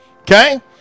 Okay